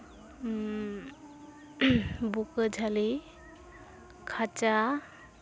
ᱵᱩᱠᱟᱹ ᱡᱷᱟᱹᱞᱤ ᱠᱷᱟᱸᱪᱟ